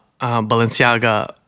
Balenciaga